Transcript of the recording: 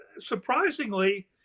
surprisingly